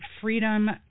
freedom